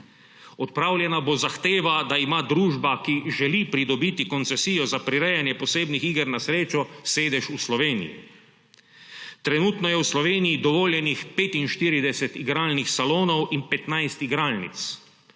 Odpravljena bo zahteva, da ima družba, ki želi pridobiti koncesijo za prirejanje posebnih iger na srečo, sedež v Sloveniji. Trenutno je v Sloveniji dovoljenih 45 igralnih salonov in 15 igralnic,